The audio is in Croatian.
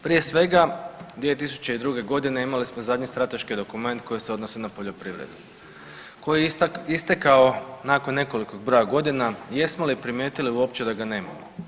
Prije svega 2002.g. imali smo zadnji strateški dokument koji se odnosi na poljoprivredu, koji je istekao nakon nekolikog broja godina i jesmo li primijetili uopće da ga nemamo?